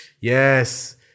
Yes